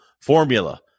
Formula